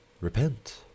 Repent